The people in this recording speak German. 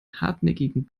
hartnäckigen